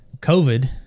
COVID